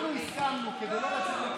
אנחנו הסכמנו, כדי לא לצאת לבחירות,